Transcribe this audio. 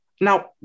Now